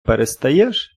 перестаєш